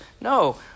No